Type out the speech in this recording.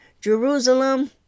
Jerusalem